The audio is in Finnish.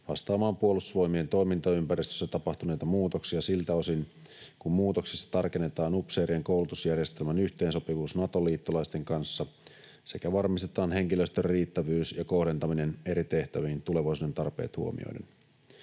vastaamaan Puolustusvoimien toimintaympäristössä tapahtuneita muutoksia siltä osin kuin muutoksessa tarkennetaan upseerien koulutusjärjestelmän yhteensopivuus Nato-liittolaisten kanssa sekä varmistetaan henkilöstön riittävyys ja kohdentaminen eri tehtäviin tulevaisuuden tarpeet huomioiden.